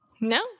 No